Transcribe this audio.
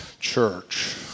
church